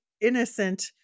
innocent